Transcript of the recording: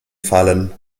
fallen